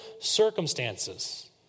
circumstances